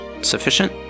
sufficient